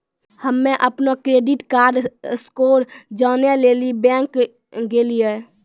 हम्म अपनो credit card score जानै लेली बैंक गेलियै